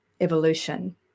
evolution